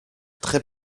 très